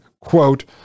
quote